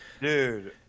Dude